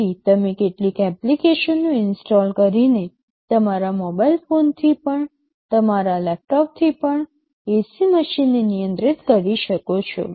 તેથી તમે કેટલીક એપ્લિકેશનો ઇન્સ્ટોલ કરીને તમારા મોબાઇલ ફોનથી પણ તમારા લેપટોપથી પણ AC મશીનને નિયંત્રિત કરી શકો છો